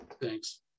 Thanks